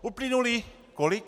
Uplynulo kolik?